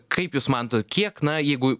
kaip jūs matot kiek na jeigu